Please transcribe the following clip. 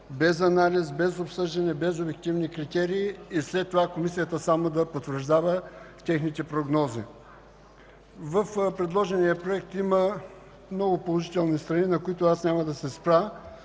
без анализ, без обсъждане, без обективни критерии и след това Комисията само да потвърждава техните прогнози. В предложения mроект има много положителни страни, на които аз няма да се спра.